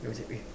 dia macam eh